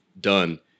done